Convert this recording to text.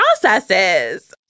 processes